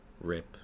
Rip